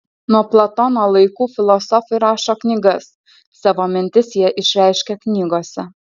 nuo platono laikų filosofai rašo knygas savo mintis jie išreiškia knygose